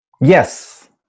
Yes